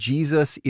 Jesus